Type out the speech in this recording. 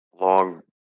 long